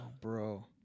bro